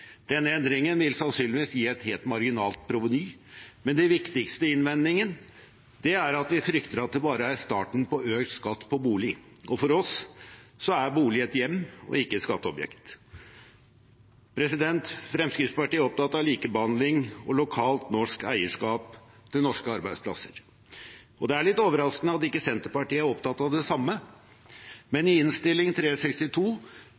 Denne endringen vil sannsynligvis gi et helt marginalt proveny, men den viktigste innvendingen er at vi frykter at det bare er starten på økt skatt på bolig, og for oss er en bolig et hjem og ikke et skatteobjekt. Fremskrittspartiet er opptatt av likebehandling og lokalt norsk eierskap til norske arbeidsplasser. Det er litt overraskende at ikke Senterpartiet er opptatt av det samme,